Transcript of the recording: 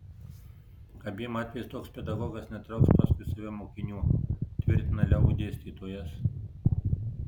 abiem atvejais toks pedagogas netrauks paskui save mokinių tvirtina leu dėstytojas